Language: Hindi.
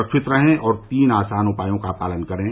सुरक्षित रहें और तीन आसान उपायों का पालन करें